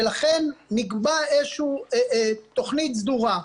ולכן נקבעה איזה שהיא תכנית סדורה.